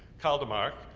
caldemar,